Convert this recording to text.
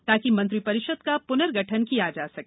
ताकि मंत्रिपरिषद का पूर्नगठन किया जा सके